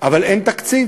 אבל אין תקציב.